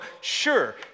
sure